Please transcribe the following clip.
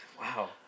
Wow